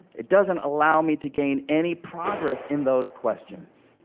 it doesn't allow me to gain any progress in those questions